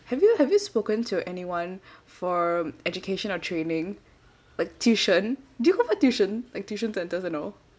have you have you spoken to anyone for education or training like tuition do you go for tuition like tuition centres and all